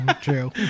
true